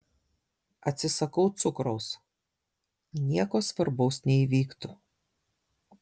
atsisakau cukraus nieko svarbaus neįvyktų